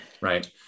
right